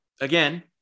again